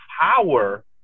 power